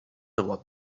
about